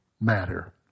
matter